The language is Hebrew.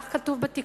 כך כתוב בתיקון,